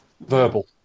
Verbal